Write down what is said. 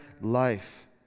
life